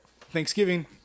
Thanksgiving